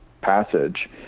passage